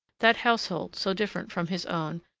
that household so different from his own,